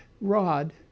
rod